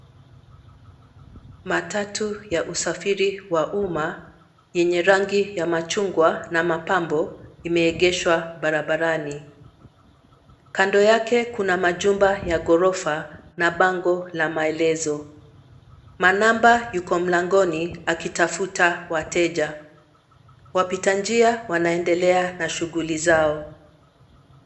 Matatu ya usafiri wa umma yenye rangi ya machungwa na mapambo limeegeshwa barabarani. Kando yake kuna majumba ya ghorofa na bango la maelezo. Manamba yuko mlangoni akitafuta wateja. Wapita njia wanaendelea na shughuli zao.